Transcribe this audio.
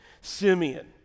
Simeon